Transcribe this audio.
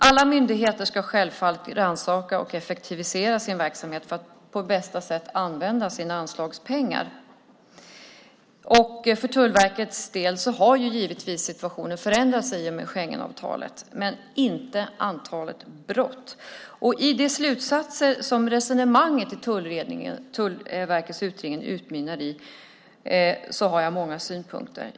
Alla myndigheter ska självfallet rannsaka och effektivisera sin verksamhet för att på bästa sätt använda sina anslagspengar. För Tullverkets del har givetvis situationen förändrats i och med Schengenavtalet, men inte antalet brott. Jag har många synpunkter på de slutsatser som resonemanget i Tullverkets utredning utmynnar i.